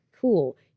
cool